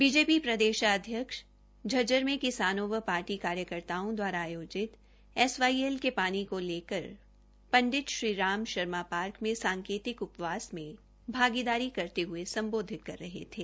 BJP प्रदेश अध्यक्ष झज्जर में किसानों व पार्टी कार्यकर्ताओं द्वारा आयोजित एसवाईएल के पानी को लेकर पंश्रीराम शर्मा पार्क में सांकेतिक उपवास में भागीदारी करते हुए संबोधित कर रहे थे